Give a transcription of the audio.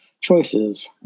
choices